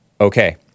Okay